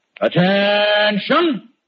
Attention